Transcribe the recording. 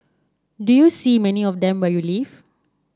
do you see many of them where you live